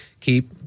keep